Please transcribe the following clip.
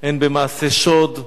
הן במעשי שוד,